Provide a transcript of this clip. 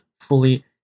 fully